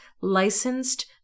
licensed